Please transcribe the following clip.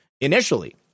initially